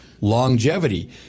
longevity